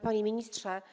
Panie Ministrze!